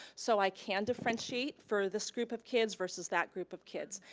so i can differentiate for this group of kids versus that group of kids.